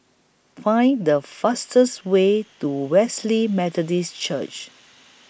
Find The fastest Way to Wesley Methodist Church